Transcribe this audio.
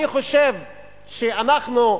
אני חושב שאנחנו,